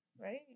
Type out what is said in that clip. Right